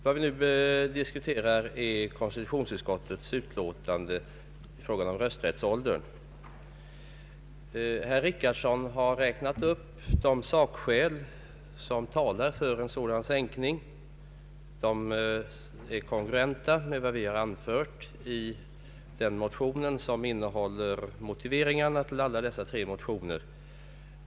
Vad vi nu diskuterar är konstitutionsutskottets utlåtande om rösträttsåldern. Herr Richardson har räknat upp de sakskäl som talar för en sänkning av den. Dessa skäl är kongruenta med vad vi har anfört i den motion som innehåller motiveringarna till våra tre motioner.